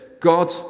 God